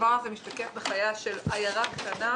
הדבר הזה משתקף בחייה של עיירה קטנה,